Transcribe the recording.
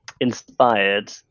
inspired